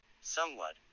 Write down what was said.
somewhat